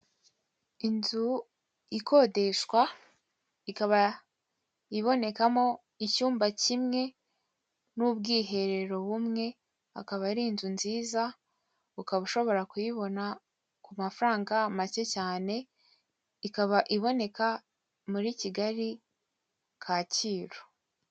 Inzu ikodeshwa ikaba ibonekamo icyumba kimwe n'ubwiherero bumwe, akaba ari inzu nziza ukaba ushobora kuyibona ku mafaranga make cyane, ikaba iboneka muri Kigaki -Kacyiru.